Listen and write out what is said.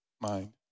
mind